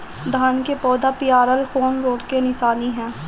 धान के पौधा पियराईल कौन रोग के निशानि ह?